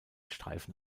streifen